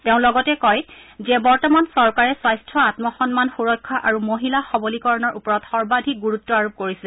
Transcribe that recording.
তেওঁ লগতে কয় যে বৰ্তমান চৰকাৰে স্বাস্থ্য আম্মসন্মান সুৰক্ষা আৰু মহিলা সৱলীকৰণৰ ওপৰত সৰ্বাধিক গুৰুত্ব আৰোপ কৰিছে